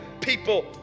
people